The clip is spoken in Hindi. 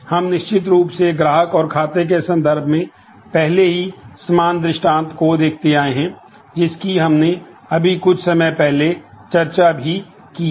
हम निश्चित रूप से ग्राहक और खाते के संदर्भ में पहले से ही समान दृष्टांत को देखते आए हैं जिसकी हमने अभी कुछ समय पहले चर्चा भी की है